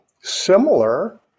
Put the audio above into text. similar